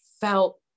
felt